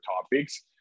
topics